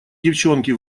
девчонки